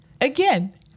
Again